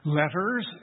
letters